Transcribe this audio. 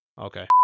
Okay